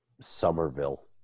Somerville